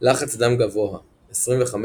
לחץ דם גבוה 25%–40%